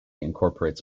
incorporates